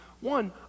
One